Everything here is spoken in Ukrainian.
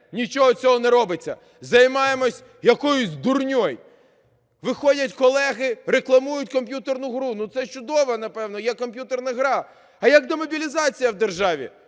Нічого цього не робиться, займаємося якоюсь дурнею. Виходять колеги, рекламують комп'ютерну гру, – ну ж чудово, напевно, є комп'ютерна гра. А як демобілізація в державі,